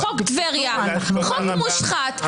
חוק טבריה, חוק מושחת.